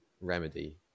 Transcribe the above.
remedy